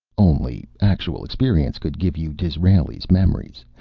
only actual experience could give you disraeli's memories,